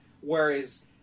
Whereas